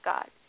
God